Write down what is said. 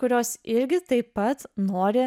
kurios irgi taip pat nori